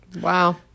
wow